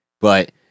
But-